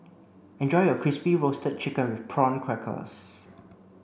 enjoy your crispy roasted chicken with prawn crackers